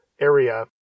area